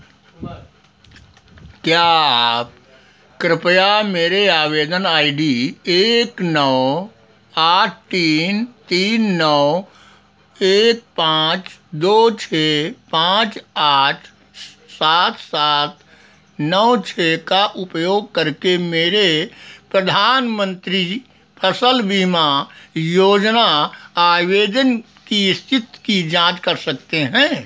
क्या आप कृपया मेरे आवेदन आई डी एक नौ आठ तीन तीन नौ एक पाँच दो छः पाँच आठ सात सात नौ छः का उपयोग करके मेरे प्रधानमंत्री फसल बीमा योजना आवेदन की स्थिति की जाँच कर सकते हैं